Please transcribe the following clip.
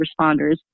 responders